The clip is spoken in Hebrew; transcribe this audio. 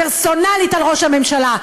פרסונלית על ראש הממשלה,